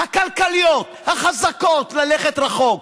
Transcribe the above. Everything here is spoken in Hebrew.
הכלכליות החזקות ללכת רחוק.